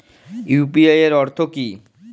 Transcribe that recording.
UPI এর অর্থ কি?